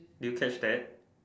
did you catch that